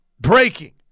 breaking